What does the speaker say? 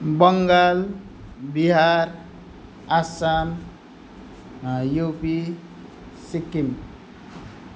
Bengal Bihar Assam UP Sikkim